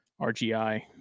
rgi